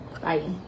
Bye